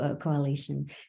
Coalition